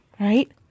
right